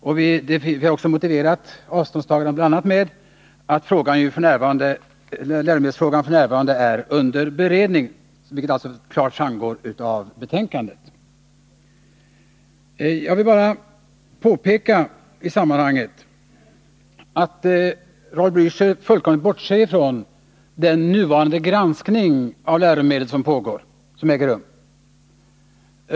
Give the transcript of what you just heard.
Vi har bl.a. motiverat avståndstagandet med att läromedelsfrågan f. n. är under beredning, vilket klart framgår av betänkandet. Jag vill i sammanhanget påpeka att Raul Blächer fullkomligt bortser från den granskning av läromedel som f. n. äger rum.